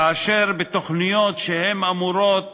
כאשר בתוכניות שאמורות